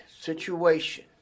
situation